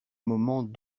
moment